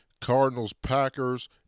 Cardinals-Packers